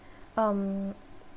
um